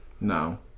No